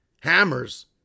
hammers